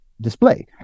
display